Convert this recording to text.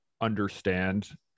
understand